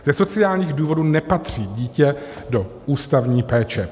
Ze sociálních důvodů nepatří dítě do ústavní péče.